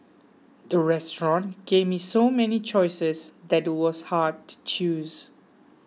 the restaurant gave me so many choices that it was hard to choose